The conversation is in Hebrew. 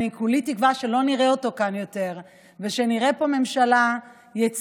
וכולי תקווה שלא נראה אותו כאן יותר ושנראה פה ממשלה יציבה,